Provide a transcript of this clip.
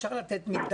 אפשר לתת מקדמה,